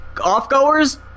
Off-goers